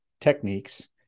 techniques